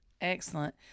Excellent